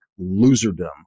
loserdom